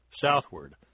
southward